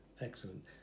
Excellent